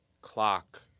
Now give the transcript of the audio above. clock